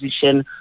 position